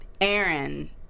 Aaron